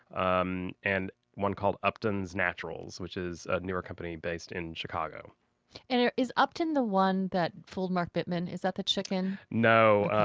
um and one called upton's naturals, which is a newer company based in chicago and is upton's the one that fooled mark bittman? is that the chicken? no,